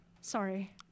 sorry